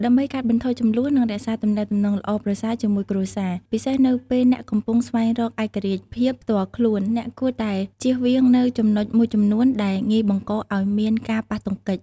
ដើម្បីកាត់បន្ថយជម្លោះ និងរក្សាទំនាក់ទំនងល្អប្រសើរជាមួយគ្រួសារ ពិសេសនៅពេលអ្នកកំពុងស្វែងរកឯករាជ្យភាពផ្ទាល់ខ្លួន អ្នកគួរតែជៀសវាងនូវចំណុចមួយចំនួនដែលងាយបង្កឲ្យមានការប៉ះទង្គិច។